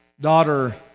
Daughter